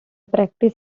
practice